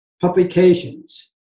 publications